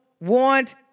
want